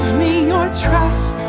me on